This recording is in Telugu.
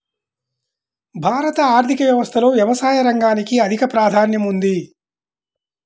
భారత ఆర్థిక వ్యవస్థలో వ్యవసాయ రంగానికి అధిక ప్రాధాన్యం ఉంది